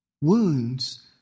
Wounds